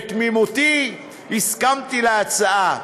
בתמימותי, הסכמתי להצעה,